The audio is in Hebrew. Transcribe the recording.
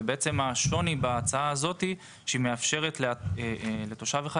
השוני בהצעה הזאת הוא שהיא מאפשרת לתושב אחד